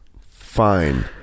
Fine